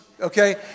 okay